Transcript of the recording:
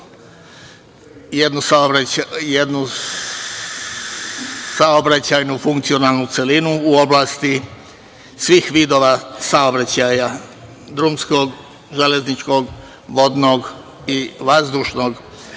jednu saobraćajnu funkcionalnu celinu u oblasti svih vidova saobraćaja drumskog, železničkog, vodnog i vazdušnog,